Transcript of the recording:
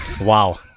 Wow